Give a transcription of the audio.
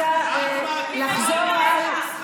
אומר את זה, לא אני.